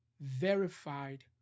verified